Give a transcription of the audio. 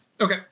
Okay